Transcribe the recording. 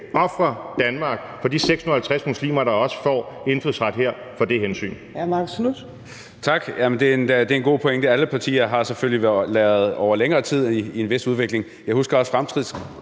ofre Danmark for de 650 muslimer, der også får indfødsret her, for det hensyn.